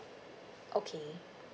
okay